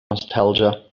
nostalgia